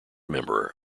member